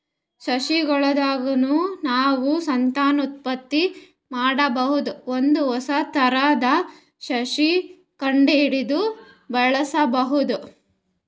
ಸಸಿಗೊಳ್ ದಾಗ್ನು ನಾವ್ ಸಂತಾನೋತ್ಪತ್ತಿ ಮಾಡಬಹುದ್ ಒಂದ್ ಹೊಸ ಥರದ್ ಸಸಿ ಕಂಡಹಿಡದು ಬೆಳ್ಸಬಹುದ್